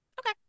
Okay